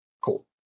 Cool